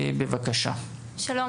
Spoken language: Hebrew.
שלום,